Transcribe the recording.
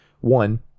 one